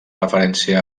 referència